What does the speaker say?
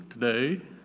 today